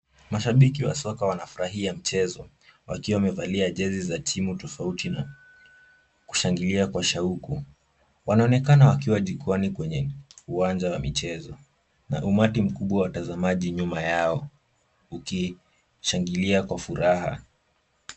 Mashabiki wa soka wanafurahia mchezo wakiwa wamevalia jezi za timu tofauti na kushangilia kwa shauku. Wanaonekana wakiwa jukwaani kwenye uwanja wa michezo na umati mkubwa wa watazamaji nyuma yao ukishangilia kwa furaha.